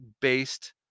based